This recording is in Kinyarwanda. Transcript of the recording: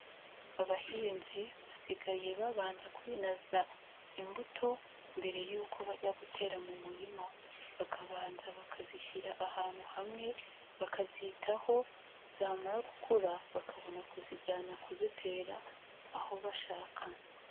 Abahinzi basigaye babanza kwinaza imbuto mbere yuko bajya gutera mu murima, bakabanza bakazishyira ahantu hamwe bakazitaho zamara gukura bakabona kuzijyana kuzitera aho bashaka.